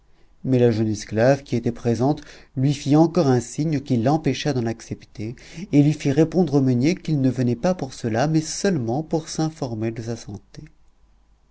mais la jeune esclave qui était présente lui fit encore un signe qui l'empêcha d'en accepter et lui fit répondre au meunier qu'il ne venait pas pour cela mais seulement pour s'informer de sa santé